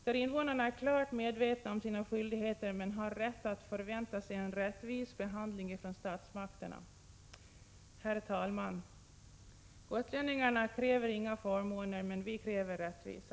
Gotlänningarna är klart medvetna om sina skyldigheter men har rätt att förvänta sig en rättvis behandling från statsmakterna. Herr talman! Gotlänningarna kräver inga förmåner, men vi kräver rättvisa!